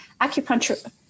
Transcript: acupuncture